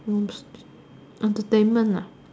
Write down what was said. entertainment nah